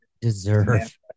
deserve